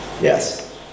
Yes